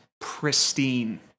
pristine